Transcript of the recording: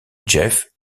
jeff